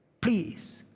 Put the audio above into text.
please